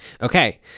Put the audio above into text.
Okay